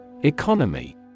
Economy